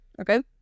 Okay